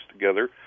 together